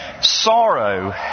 sorrow